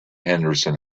henderson